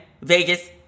Vegas